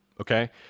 Okay